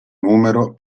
numero